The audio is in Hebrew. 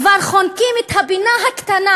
כבר חונקים את הפינה הקטנה